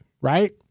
Right